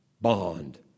bond